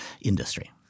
industry